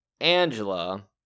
Angela